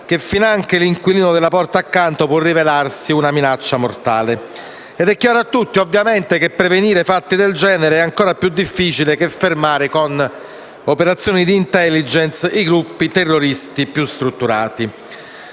e finanche l'inquilino della porta accanto può rivelarsi una minaccia mortale. È ovviamente chiaro a tutti che prevenire fatti del genere è ancora più difficile che fermare, con operazioni di *intelligence*, i gruppi terroristici più strutturati.